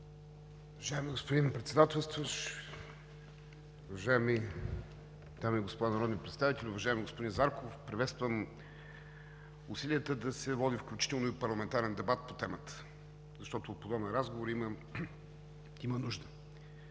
Уважаеми господин Председателстващ, уважаеми дами и господа народни представители! Уважаеми господин Зарков, приветствам усилията да се води включително и парламентарен дебат по темата, защото от подобен разговор има нужда.